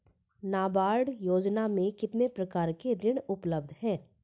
नाबार्ड योजना में कितने प्रकार के ऋण उपलब्ध हैं?